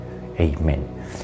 Amen